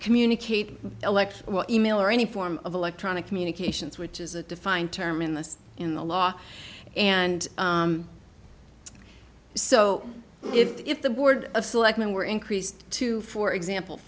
communicate elect e mail or any form of electronic communications which is a defined term in the in the law and so if the board of selectmen were increased to for example